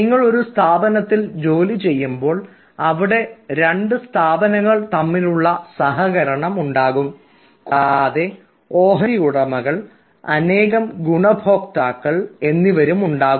നിങ്ങൾ ഒരു സ്ഥാപനത്തിൽ ജോലി ചെയ്യുമ്പോൾ അവിടെ രണ്ട് സ്ഥാപനങ്ങൾ തമ്മിലുള്ള സഹകരണം ഉണ്ടാകും കൂടാതെ ഓഹരി ഉടമകൾ അനേകം ഗുണഭോക്താക്കൾ എന്നിവരുമുണ്ടാകും